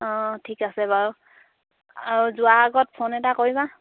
অঁ ঠিক আছে বাৰু আৰু যোৱাৰ আগত ফোন এটা কৰিবা